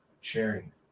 sharing